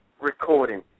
recording